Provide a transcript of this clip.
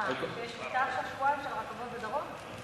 מה, שיש שביתה עכשיו שבועיים של הרכבות בדרום?